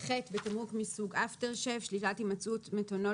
(ח)בתמרוק מסוג אפטרשייב שלילת הימצאות מתנול